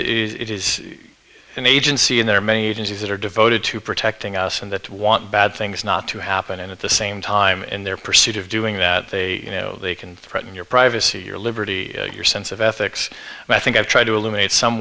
is it is an agency and there are many agencies that are devoted to protecting us and that want bad things not to happen and at the same time in their pursuit of doing that they know they can threaten your privacy your liberty your sense of ethics and i think i've tried to illuminate some